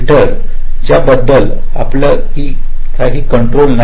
दुसरा ज्याबद्दल आपल्या किे काही किंटरोल नाही